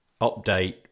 update